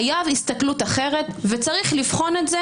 חייב הסתכלות אחרת וצריך לבחון את זה